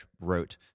wrote